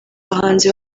bahanzi